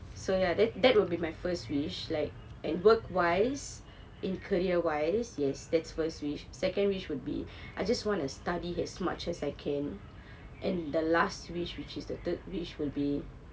so ya that that will be my first wish like and work wise in career wise yes that's first wish second wish would be I just want to study as much as I can and the last wish which is the third wish will be